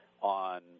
on